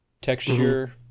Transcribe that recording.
texture